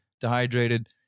dehydrated